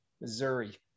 Missouri